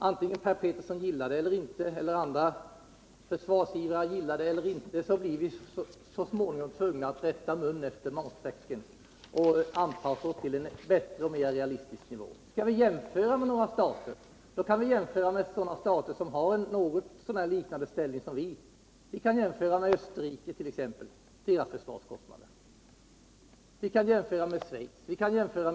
Antingen Per Petersson och andra försvarsivrare gillar det eller inte så blir vi så småningom tvungna att rätta mur: efter matsäcken och anpassa oss till en Försvarspolitiken, mer realistisk nivå. Skall vi jämföra med andra stater så kan vi jämföra med några som har en något så när liknande ställning som vårt land. Vi kan jämföra våra försvarskostnader med t.ex. Österrikes. Eller vi kan jämföra med Schweiz och med Finland.